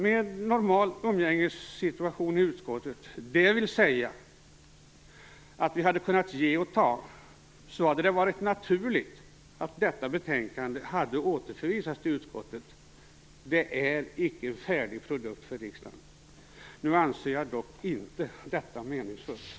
Med normal umgängessituation i utskottet, dvs. att vi kan ge och ta, hade det varit naturligt att detta betänkande återförvisades till utskottet. Det är icke en färdig produkt för riksdagen. Nu anser jag dock inte detta vara meningsfullt.